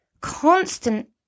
constant